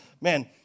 man